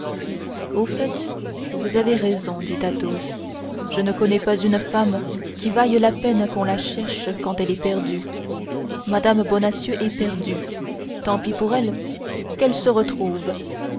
au fait vous avez raison dit athos je ne connais pas une femme qui vaille la peine qu'on la cherche quand elle est perdue mme bonacieux est perdue tant pis pour elle qu'elle se retrouve